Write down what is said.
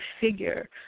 figure